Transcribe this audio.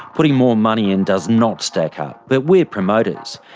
putting more money in does not stack up, but we are promoters,